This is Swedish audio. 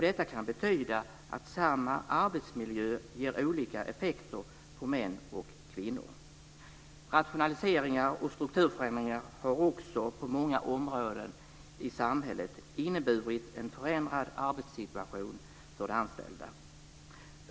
Detta kan betyda att samma arbetsmiljö ger olika effekter på män och kvinnor. Rationaliseringar och strukturförändringar har också på många områden i samhället inneburit en förändrad arbetssituation för de anställda.